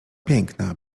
piękna